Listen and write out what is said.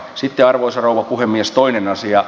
sitten arvoisa rouva puhemies toinen asia